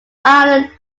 island